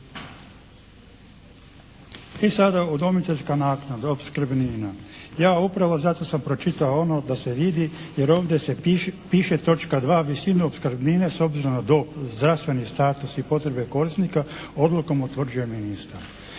I sada, udomiteljska naknada, opskrbnina. Ja upravo zato sam pročitao ono da se vidi jer ovdje piše točka 2.: "Visina opskrbnine s obzirom na dob, zdravstveni status i potrebe korisnika odlukom utvrđuje ministar.".